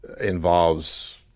involves